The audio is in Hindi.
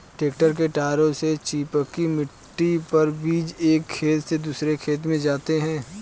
ट्रैक्टर के टायरों से चिपकी मिट्टी पर बीज एक खेत से दूसरे खेत में जाते है